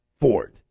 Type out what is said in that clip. ford